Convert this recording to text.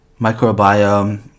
microbiome